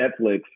Netflix